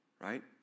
Right